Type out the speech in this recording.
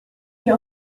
wir